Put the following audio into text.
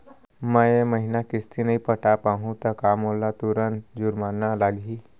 मैं ए महीना किस्ती नई पटा पाहू त का मोला तुरंत जुर्माना लागही?